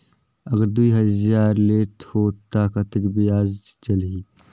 अगर दुई हजार लेत हो ता कतेक ब्याज चलही?